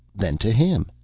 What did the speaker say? then to him.